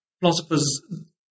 philosophers